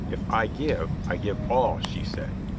if i give, i give all, she said,